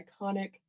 iconic